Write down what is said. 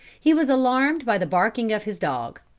he was alarmed by the barking of his dog.